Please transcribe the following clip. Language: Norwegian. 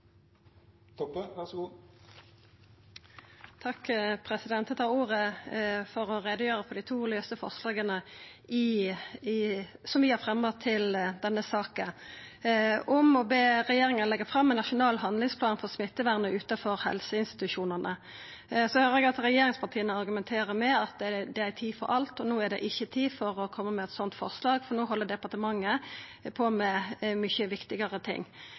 Eg tar ordet for å gjera greie for dei to lause forslaga som vi har fremja til denne saka. Om å be regjeringa leggja fram ein nasjonal handlingsplan for smittevernet utanfor helseinstitusjonane: Eg høyrer at regjeringspartia argumenterer med at det er ei tid for alt, og no er det ikkje tid for å koma med eit slikt forslag, for no held departementet på med mykje viktigare ting.